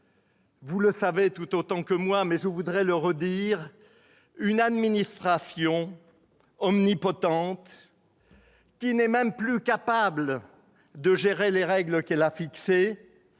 vous le savez tout autant que moi, monsieur le ministre, ils subissent une administration omnipotente, qui n'est même plus capable de gérer les règles qu'elle a fixées